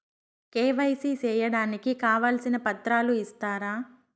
KYC సేయడానికి కావాల్సిన పత్రాలు ఇస్తారా?